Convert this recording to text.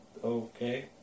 Okay